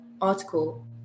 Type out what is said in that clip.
article